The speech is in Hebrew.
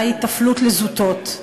היטפלות לזוטות.